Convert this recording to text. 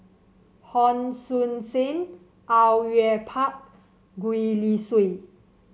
Hon Sui Sen Au Yue Pak Gwee Li Sui